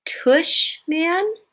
Tushman